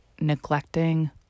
neglecting